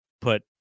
put